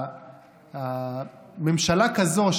ממשלה כזו,